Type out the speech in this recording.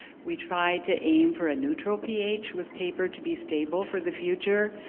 we tried to aim for a neutral ph with paper to be stable for the future.